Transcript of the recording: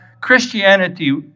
Christianity